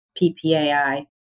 PPAI